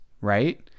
right